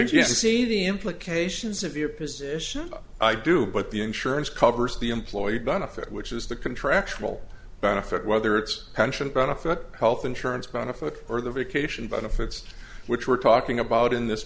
i see the implications of your position but i do but the insurance covers the employee benefit which is the contractual benefit whether it's pension benefits health insurance benefits or the vacation benefits which we're talking about in this